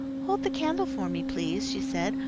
hold the candle for me, please, she said,